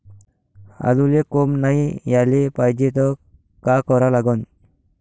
आलूले कोंब नाई याले पायजे त का करा लागन?